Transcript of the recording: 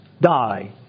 die